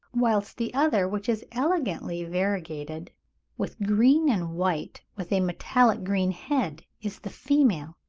whilst the other which is elegantly variegated with green and white with a metallic green head is the female.